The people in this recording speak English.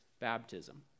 baptism